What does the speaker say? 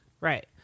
Right